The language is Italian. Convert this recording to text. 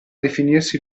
definirsi